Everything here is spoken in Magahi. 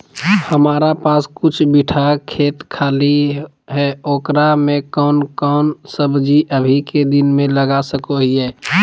हमारा पास कुछ बिठा खेत खाली है ओकरा में कौन कौन सब्जी अभी के दिन में लगा सको हियय?